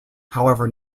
however